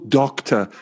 doctor